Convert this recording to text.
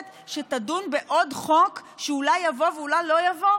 שתדון בעוד חוק שאולי יבוא ואולי לא יבוא,